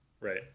right